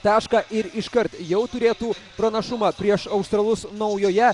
tašką ir iškart jau turėtų pranašumą prieš australus naujoje